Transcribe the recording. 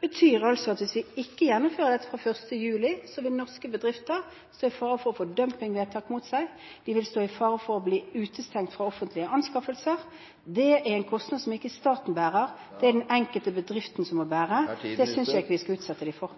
betyr det altså at hvis vi ikke gjennomfører dette fra 1. juli, vil norske bedrifter stå i fare for å få dumpingvedtak mot seg, de vil stå i fare for å bli utestengt fra offentlige anskaffelser. Det er en kostnad som ikke staten bærer, det må den enkelte bedriften bære, og det synes jeg ikke vi skal utsette dem for.